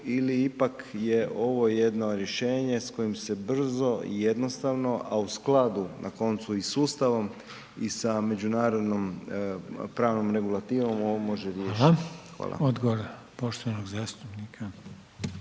ili ipak je ovo jedno rješenje s kojim se brzo i jednostavno a u skladu na koncu i sa Ustavom i sa međunarodnom pravnom regulativom ovo može .../Upadica: Hvala./... i duže. Hvala.